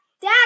Dad